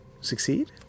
succeed